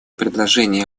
предложение